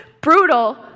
brutal